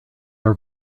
are